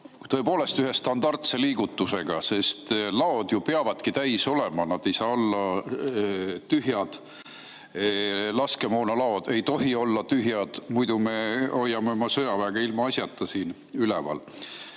tõepoolest ühe standardse liigutusega, sest laod peavadki täis olema, nad ei saa olla tühjad, laskemoonalaod ei tohi olla tühjad, muidu me peame oma sõjaväge ilmaasjata siin üleval.